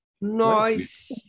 Nice